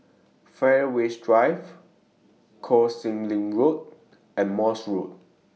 Fairways Drive Koh Sek Lim Road and Morse Road